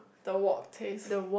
the wok taste